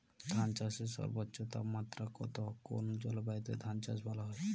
ধান চাষে সর্বোচ্চ তাপমাত্রা কত কোন জলবায়ুতে ধান চাষ ভালো হয়?